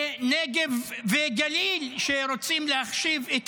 מהנגב והגליל, שרוצים להחשיב את